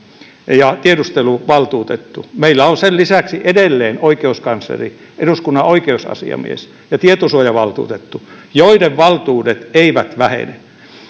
tiedusteluvaltuutettu meillä on sen lisäksi edelleen oikeuskansleri eduskunnan oikeusasiamies ja tietosuojavaltuutettu joiden valtuudet eivät vähene